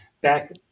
back